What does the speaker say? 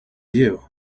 you